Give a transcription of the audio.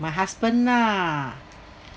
my husband lah